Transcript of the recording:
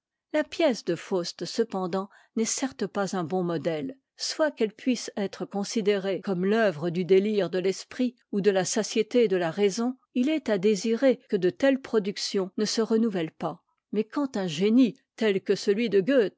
la pièce de faust cependant n'est certes pas un bon modèle soit qu'elle puisse être considérée de omnibus rebus et quibusdam aliis comme l'ceuvre du délire de l'esprit ou de la satiété de la raison il est à désirer que de telles productions ne se renouvellent pas mais quand un génie tel que celui de goethe